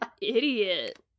idiot